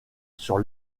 sur